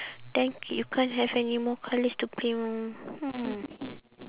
then you can't have any more colours to play mah hmm